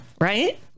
right